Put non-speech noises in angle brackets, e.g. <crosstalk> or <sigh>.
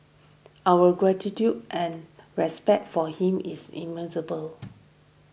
our gratitude and respect for him is <unintelligible>